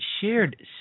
shared